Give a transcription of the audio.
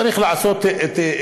צריך לנקוט זהירות,